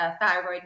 thyroid